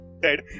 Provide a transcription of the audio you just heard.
dead